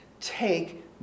take